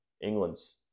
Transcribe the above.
England's